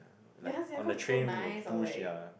ya sia cause he's too nice or like